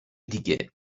دیگه